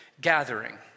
gathering